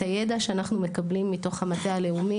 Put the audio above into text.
את הידע שאנחנו מקבלים מתוך המטה הלאומי,